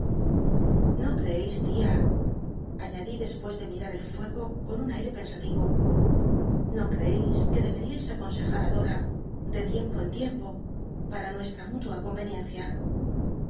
no crceis tia añadí dcspues de mirar el fuego con un airc pensativo no crccis que deberíais aconsejar dora de tiempo en tiempo para nueslm mútu con'cnicncia